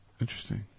interesting